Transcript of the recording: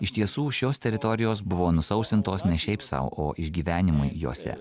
iš tiesų šios teritorijos buvo nusausintos ne šiaip sau o išgyvenimui jose